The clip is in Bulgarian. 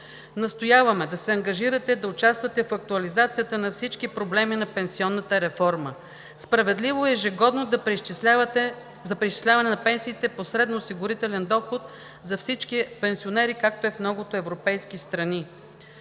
„Настояваме да се ангажирате да участвате в актуализацията на всички проблеми на пенсионната реформа, справедливо и ежегодно да преизчислявате пенсиите по средноосигурителен доход за всички пенсионери, както е в много европейски страни.